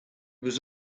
was